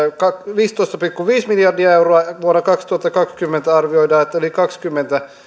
viisitoista pilkku viisi miljardia euroa ja arvioidaan että vuonna kaksituhattakaksikymmentä se on yli kaksikymmentä